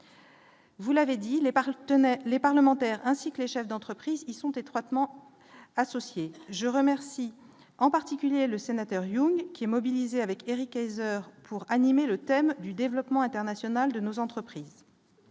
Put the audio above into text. les parle demain les parlementaires ainsi que les chefs d'entreprises qui sont étroitement associés je remercie en particulier le sénateur Young qui est mobilisée avec Éric Kayser pour animer le thème du développement international de nos entreprises,